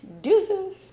deuces